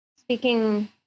Speaking